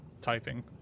typing